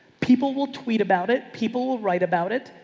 people will tweet about it. people will write about it,